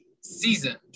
seasoned